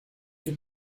deux